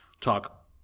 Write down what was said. talk